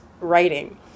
writing